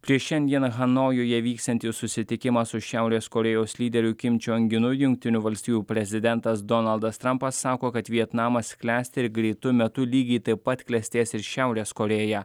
prieš šiandieną hanojuje vyksiantį susitikimą su šiaurės korėjos lyderiu kim čiong inu jungtinių valstijų prezidentas donaldas trampas sako kad vietnamas klesti ir greitu metu lygiai taip pat klestės ir šiaurės korėja